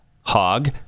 hog